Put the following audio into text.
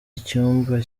icyumba